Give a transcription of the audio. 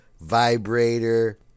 Vibrator